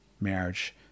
marriage